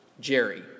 Jerry